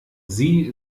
sie